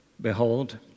Behold